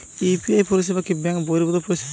UPI পরিসেবা কি bank বর্হিভুত পরিসেবা?